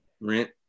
Rent